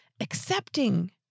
accepting